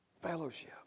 fellowship